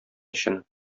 өчен